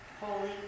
Holy